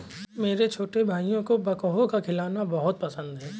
मेरे छोटे भाइयों को बैकहो का खिलौना बहुत पसंद है